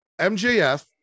MJF